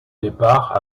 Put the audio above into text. départ